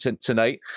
tonight